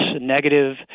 negative